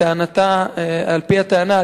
על-פי הטענה,